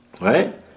Right